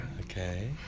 Okay